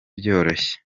byoroshye